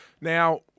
Now